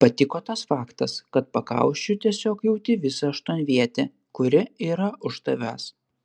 patiko tas faktas kad pakaušiu tiesiog jauti visą aštuonvietę kuri yra už tavęs